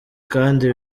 kandi